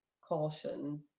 caution